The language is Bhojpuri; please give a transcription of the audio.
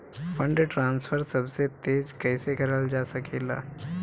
फंडट्रांसफर सबसे तेज कइसे करल जा सकेला?